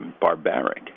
barbaric